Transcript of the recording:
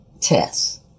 tests